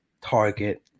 target